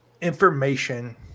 information